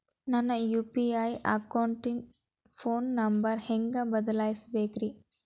ನನ್ನ ಯು.ಪಿ.ಐ ಅಕೌಂಟಿನ phone number ಹೆಂಗ್ ಬದಲಾಯಿಸ ಬೇಕ್ರಿ?